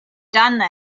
done